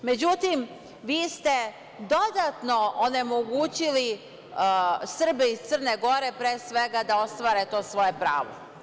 Međutim, vi ste dodatno onemogućili Srbe iz Crne Gore, pre svega, da ostvare to svoje pravo.